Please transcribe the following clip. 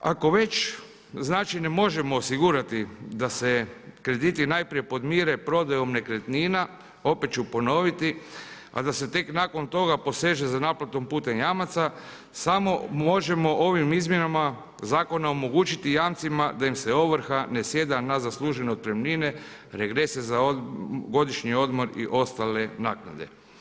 Ako već znači ne možemo osigurati da se krediti najprije podmire prodajom nekretnina opet ću ponoviti a da se tek nakon toga poseže za naplatom putem jamaca samo možemo ovim izmjenama zakona omogućiti jamcima da im se ovrha ne zasjeda na zaslužene otpremnine, regrese za godišnji odmor i ostale naknade.